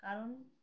কারণ